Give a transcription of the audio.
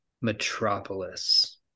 metropolis